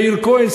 מאיר כהן,